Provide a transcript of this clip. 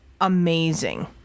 amazing